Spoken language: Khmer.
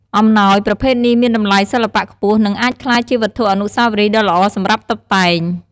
អំណោយប្រភេទនេះមានតម្លៃសិល្បៈខ្ពស់ និងអាចក្លាយជាវត្ថុអនុស្សាវរីយ៍ដ៏ល្អសម្រាប់តុបតែង។